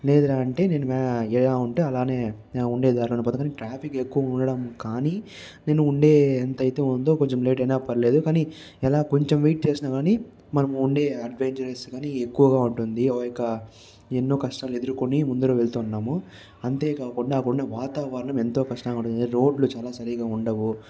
లేదురా అంటే నేను ఎలా ఉంటే అలానే ఉండేదారిలోనే పోతాను కానీ ట్రాఫిక్ ఎక్కువగా ఉండటం కానీ నేను ఉండే ఎంత అయితే ఉందో కొంచెం లేట్ అయినా పర్లేదు కానీ ఎలా కొంచెం వెయిట్ చేసినా గాని మనం ఉండే అడ్వెంచర్స్ కాని ఎక్కువగా ఉంటుంది ఆ యొక్క ఎన్నో కష్టాలు ఎదుర్కొని ముందర వెళుతున్నాము అంతేకాకుండా అక్కడ ఉండే వాతావరణం ఎంతో కష్టంగా ఉంటుంది రోడ్లు చాలా సరిగ్గా ఉండవు